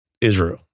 Israel